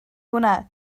hwnna